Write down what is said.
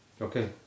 Okay